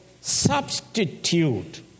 substitute